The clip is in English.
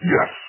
Yes